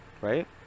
right